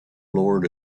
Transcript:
lowered